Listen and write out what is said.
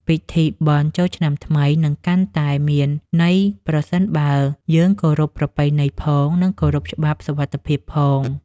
ពិធីបុណ្យចូលឆ្នាំថ្មីនឹងកាន់តែមានន័យប្រសិនបើយើងគោរពប្រពៃណីផង និងគោរពច្បាប់សុវត្ថិភាពផង។